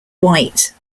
white